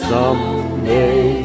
Someday